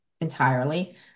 entirely